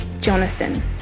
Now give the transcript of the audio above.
Jonathan